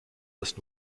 das